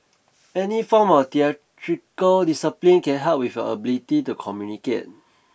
any form of theatrical discipline can help with ability to communicate